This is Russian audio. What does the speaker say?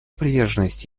приверженность